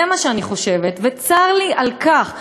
זה מה שאני חושבת, וצר לי על כך.